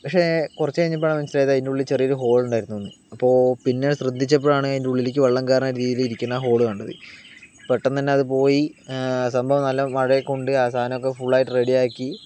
പക്ഷേ കുറച്ച് കഴിഞ്ഞപ്പഴാണ് മനസിലായത് അതിനുള്ളിലൊരു ഹോൾ ഉണ്ടായിരുന്നു എന്ന് അപ്പോൾ പിന്നെ ശ്രദ്ധിച്ചപ്പഴാണ് അതിനുള്ളിലേക്ക് വെള്ളം കയറുന്ന രീതി ഇരിയ്ക്കന്ന ഹോള് കണ്ടത് പെട്ടെന്ന് തന്നെ അത് പോയി സംഭവം നല്ല മഴയെ ക്കൊണ്ട് ആ സാധനമൊക്കെ ഫുൾ ആയിട്ട് റെഡി ആക്കി